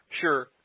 Sure